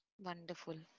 Wonderful